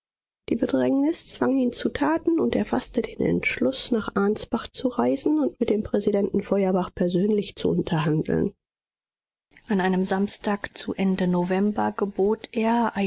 die bedrängnis zwang ihn zu taten und er faßte den entschluß nach ansbach zu reisen und mit dem präsidenten feuerbach persönlich zu unterhandeln an einem samstag zu ende november gebot er